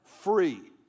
free